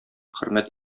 хөрмәт